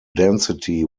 density